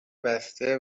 بسته